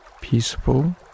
peaceful